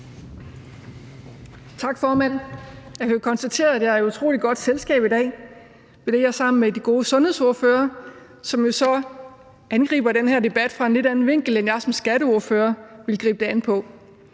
Tak, formand. Jeg kan konstatere, at jeg er i utrolig godt selskab i dag, idet jeg er sammen med de gode sundhedsordførere, som jo så angriber den her debat fra en lidt anden vinkel, end jeg som skatteordfører ville angribe den fra.